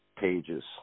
pages